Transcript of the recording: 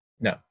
No